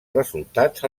resultats